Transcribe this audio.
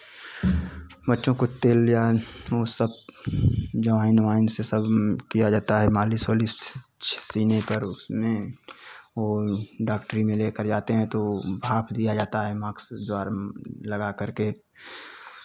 बच्चों को तेल या वो सब जमाइन उमाइन से सब किया जाता है मालिश वालिश सीने पर उसमें और डॉक्टरी में लेकर जाते हैं तो भाप दिया जाता है मास्क द्वारा लगा करके